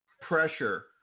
pressure